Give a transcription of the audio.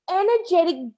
energetic